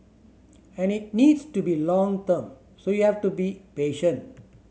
and it needs to be long term so you have to be patient